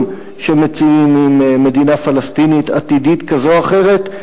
שמציעים עם מדינה פלסטינית עתידית כזו או אחרת.